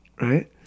Right